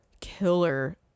killer